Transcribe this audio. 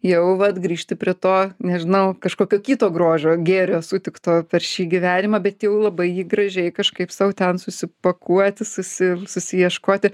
jau vat grįžti prie to nežinau kažkokio kito grožio gėrio sutikto per šį gyvenimą bet jau labai jį gražiai kažkaip sau ten susipakuoti susi susiieškoti